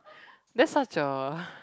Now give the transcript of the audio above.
that's such a